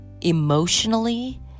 emotionally